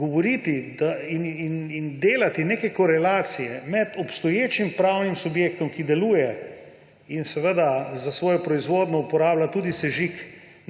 Govoriti in delati neke korelacije med obstoječim pravnim subjektom, ki deluje in za svojo proizvodnjo uporablja tudi sežig